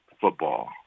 football